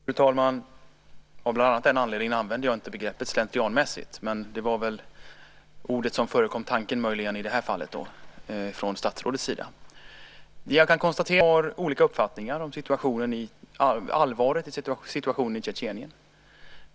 Fru talman! Av bland annat den anledningen använder jag inte begreppet slentrianmässigt. Det var väl ordet som förekom tanken möjligen i det här fallet från statsrådets sida. Jag kan konstatera att vi har olika uppfattningar om allvaret i situationen i Tjetjenien.